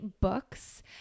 books